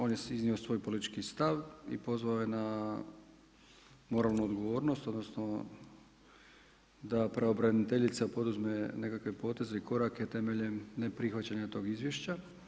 On je iznio svoj politički stav i pozvao je na moralnu odgovornost, odnosno, da pravobraniteljica poduzme nekakve poteze i korake temeljem neprihvaćanja tog izvješća.